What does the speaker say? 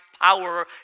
power